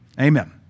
Amen